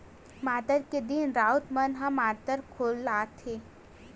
मातर के दिन राउत मन ह मातर खेलाथे